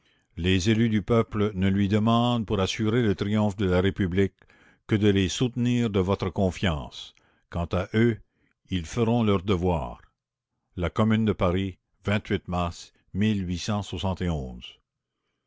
les élus du peuple ne lui demandent pour assurer le triomphe de la république que de les soutenir de votre confiance quant à eux ils feront leur devoir la commune de aris mars